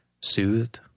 soothed